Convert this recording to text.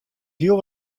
hiel